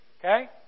Okay